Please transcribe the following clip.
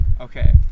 Okay